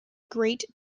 great